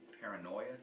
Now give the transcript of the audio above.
paranoia